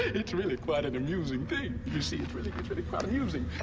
it's really quite an amusing thing. you see it's really it's really quite amusing.